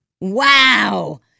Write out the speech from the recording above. wow